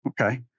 Okay